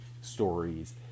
stories